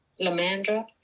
lamandra